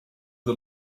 the